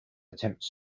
attempts